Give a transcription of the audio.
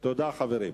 תודה, חברים.